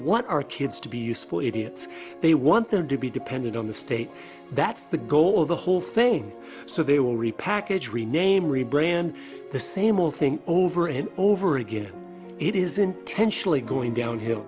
want our kids to be useful idiots they want them to be dependent on the state that's the goal of the whole thing so they will repackage rename re brand the same old thing over and over again it is intentionally going down hill